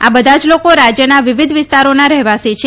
આ બધા લાઠ રાજ્યના વિવિધ વિસ્તારાખા રહેવાસી છે